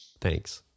Thanks